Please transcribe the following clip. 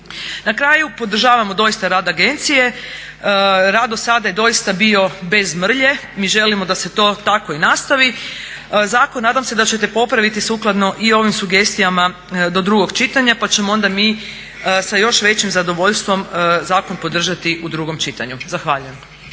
Na kraju, podržavamo rad agencije. Rad do sada je doista bio bez mrlje, mi želimo da se to tako i nastavi. zakon nadam se da ćete popraviti sukladno i ovim sugestijama do drugog čitanja pa ćemo onda mi sa još većim zadovoljstvom zakon podržati u drugom čitanju. Zahvaljujem.